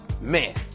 Man